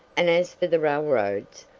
and as for the railroads,